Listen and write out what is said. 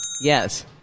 Yes